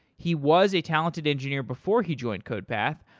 he was a talented engineer before he joined codepath,